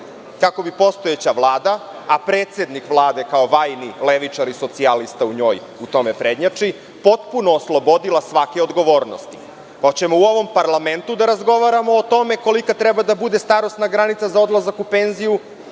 kako bi postojeća Vlada, a predsednik Vlade kao vajni levičar i socijalista u njoj, u tome prednjači, potpuno oslobodila svake odgovornosti. Hoćemo li u ovom parlamentu da razgovaramo o tome kolika treba da bude starosna granica za odlazak u penziju